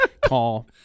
Call